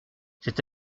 c’est